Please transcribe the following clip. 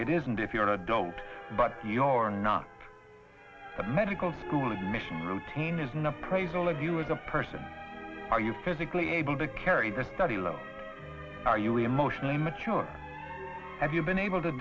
it isn't if you're an adult but your not a medical school admission routine is an appraisal of you as a person are you physically able to carry this study alone are you emotionally immature have you been able to